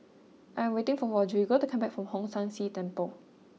I am waiting for Rodrigo to come back from Hong San See Temple